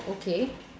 okay